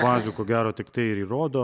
bazių ko gero tik tai ir įrodo